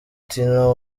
tino